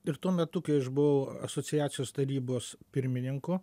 ir tuo metu kai aš buvau asociacijos tarybos pirmininku